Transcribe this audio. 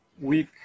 week